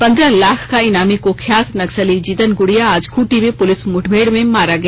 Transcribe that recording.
पंद्रह लाख का ईनामी कुख्यात नक्सली जिदन गुड़िया आज खूंटी में पुलिस मुठभेड़ में मारा गया